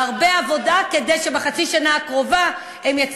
אבל היועץ המשפטי לממשלה,